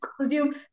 consume